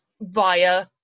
via